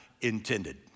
intended